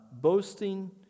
Boasting